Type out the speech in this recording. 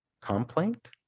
Complaint